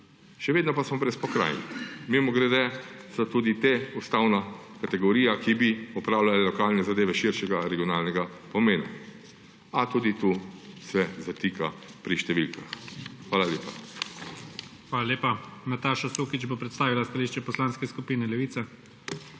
Še vedno pa smo brez pokrajin. Mimogrede, so tudi te ustavna kategorija, ki bi opravljala lokalne zadeve širšega regionalnega pomena, a tudi tukaj se zatika pri številkah. Hvala lepa.